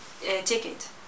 ticket